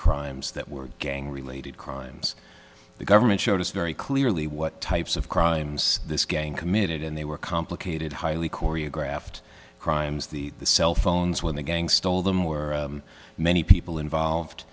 crimes that were gang related crimes the government showed us very clearly what types of crimes this gang committed and they were complicated highly choreographed crimes the cell phones when they gang stole them or many people